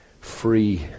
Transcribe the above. free